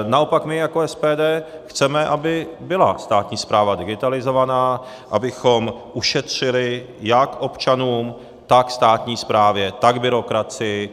Naopak my jako SPD chceme, aby byla státní správa digitalizovaná, abychom ušetřili jak občanům, tak státní správě, tak byrokracii.